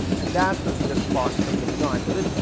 and that's the thing that sparks some of the design. so this,